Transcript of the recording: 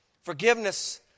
forgiveness